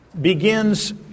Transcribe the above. begins